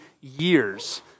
years